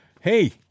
hey